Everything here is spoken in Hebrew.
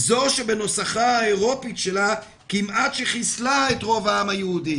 זו שבנוסחה האירופית שלה כמעט שחיסלה את רוב העם היהודי",